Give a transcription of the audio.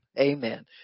amen